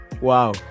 Wow